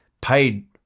paid